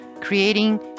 creating